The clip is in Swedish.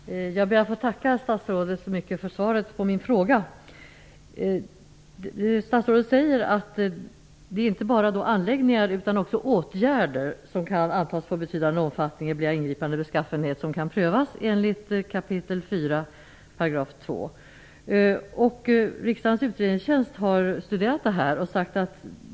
Fru talman! Jag ber att få tacka statsrådet för svaret på min fråga. Statsrådet säger att det inte bara är anläggningar utan också åtgärder som kan antas få betydande omfattning eller bli av ingripande beskaffenhet som kan prövas enligt 4 kap. 2 §. Riksdagens utredningstjänst har studerat denna fråga.